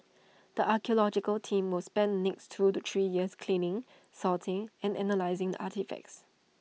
the archaeological team will spend next two to three years cleaning sorting and analysing the artefacts